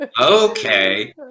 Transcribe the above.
okay